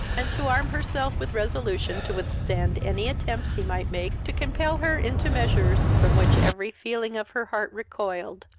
and to arm herself with resolution to withstand any attempts he might make to compel her into measures from which every feeling of her heart recoiled.